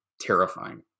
terrifying